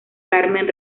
carmen